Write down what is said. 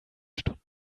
stunden